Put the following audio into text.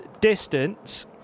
distance